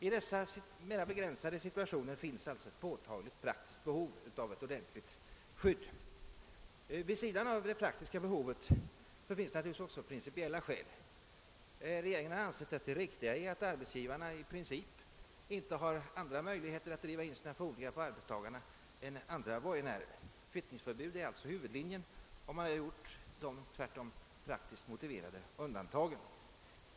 I dessa mera begränsade situationer finns alltså ett påtagligt praktiskt behov av ett ordentligt skydd. Vid sidan av det praktiska behovet finns naturligtvis också principiella skäl. Regeringen har ansett det riktigt att arbetsgivarna i princip inte har andra möjligheter att driva in sina fordringar på arbetstagaren än andra borgenärer har. Kvittningsförbud är alltså huvudlinjen och man har gjort praktiskt motiverade undantag.